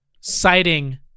Citing